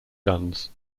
guns